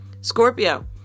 Scorpio